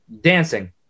dancing